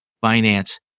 finance